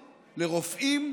לרופאים,